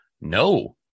No